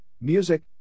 music